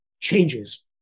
changes